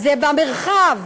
זה במרחב.